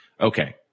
okay